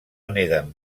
neden